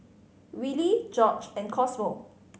Willy Gorge and Cosmo